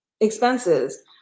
expenses